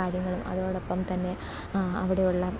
കാര്യങ്ങളും അതോടൊപ്പം തന്നെ അവിടെയുള്ള